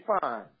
fine